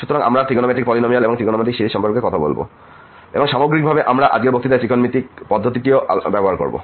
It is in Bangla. সুতরাং আমরা ট্রিগনোমেট্রিক পলিনমিয়ালস এবং ত্রিকোণমিতিক সিরিজ সম্পর্কে কথা বলব এবং সামগ্রিকভাবে আমরা আজকের বক্তৃতায় ত্রিকোণমিতিক পদ্ধতিটিও ব্যবহার করব